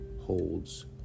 holds